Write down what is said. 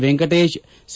Venkatesh C